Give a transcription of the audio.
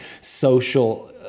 social